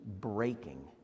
breaking